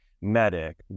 medic